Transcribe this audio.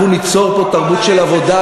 אנחנו ניצור פה תרבות של עבודה.